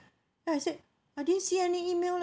then I said I didn't see any email leh